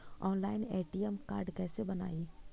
Online ATM card कैसे बनाई?